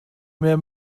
mehr